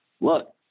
look